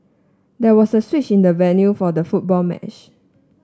there was a switch in the venue for the football match